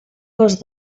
gos